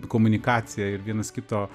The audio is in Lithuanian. komunikacija ir vienas kito